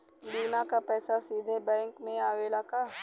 बीमा क पैसा सीधे बैंक में आवेला का?